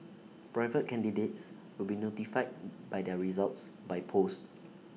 private candidates will be notified by their results by post